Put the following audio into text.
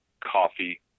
Coffee